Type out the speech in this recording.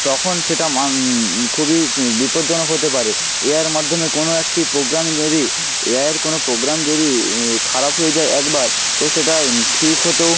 তখন সেটা মান খুবই বিপদজ্জনক হতে পারে এআইয়ের মাধ্যমে কোনো একটি পোগ্রামিং যদি এআইয়ের কোনো প্রোগ্রাম যদি ই খারাপ হয়ে যায় একবার তো সেটা ঠিক হতেও